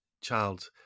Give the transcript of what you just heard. child